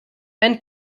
and